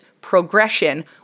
progression